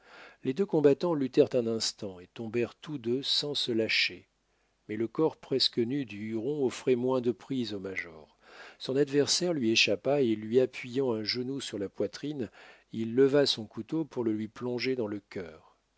les deux combattants luttèrent un instant et tombèrent tous deux sans se lâcher mais le corps presque nu du huron offrait moins de prise au major son adversaire lui échappa et lui appuyant un genou sur la poitrine il leva son couteau pour le lui plonger dans le cœur